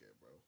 bro